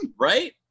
Right